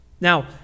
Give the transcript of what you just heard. Now